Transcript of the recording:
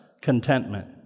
contentment